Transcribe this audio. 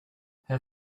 her